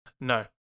No